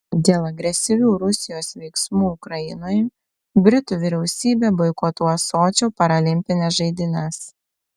dėl agresyvių rusijos veiksmų ukrainoje britų vyriausybė boikotuos sočio paralimpines žaidynes